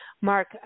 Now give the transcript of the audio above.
Mark